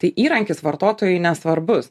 tai įrankis vartotojui nesvarbus